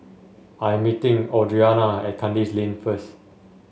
I am meeting Audriana at Kandis Lane first